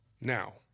Now